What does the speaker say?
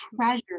treasure